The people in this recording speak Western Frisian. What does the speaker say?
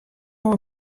oan